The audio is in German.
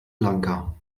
lanka